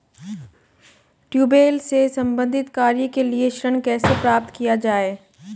Tubewell से संबंधित कार्य के लिए ऋण कैसे प्राप्त किया जाए?